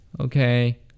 okay